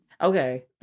Okay